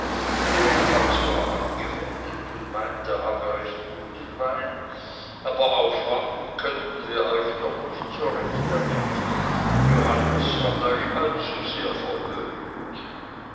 hat zwar angewendet und meint er habe recht guten wein aber aufwarten könnten wir euch doch nicht so recht damit johannes hat euch allzusehr verwöhnt